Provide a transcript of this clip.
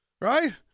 right